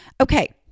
Okay